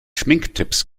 schminktipps